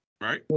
right